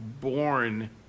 born